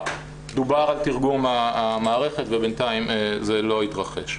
דובר על תרגום המערכת ובינתיים זה לא התרחש.